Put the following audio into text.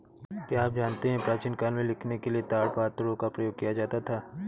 क्या आप जानते है प्राचीन काल में लिखने के लिए ताड़पत्रों का प्रयोग किया जाता था?